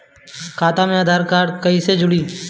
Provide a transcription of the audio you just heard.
खाता मे आधार कार्ड कईसे जुड़ि?